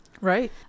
Right